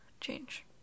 change